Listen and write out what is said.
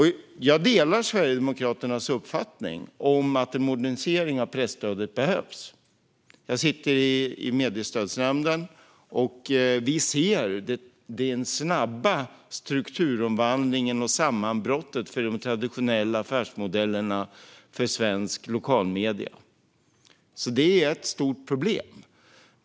Jag delar Sverigedemokraternas uppfattning om att en modernisering av presstödet behövs. Jag sitter i Mediestödsnämnden, och vi ser den snabba strukturomvandlingen och sammanbrottet för de traditionella affärsmodellerna för svenska lokalmedier. Det är ett stort problem.